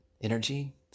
energy